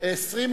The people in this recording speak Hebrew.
רבים,